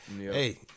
hey